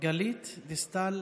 גלית דיסטל